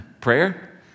Prayer